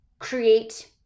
create